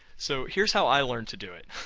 so here's how i learned to do it.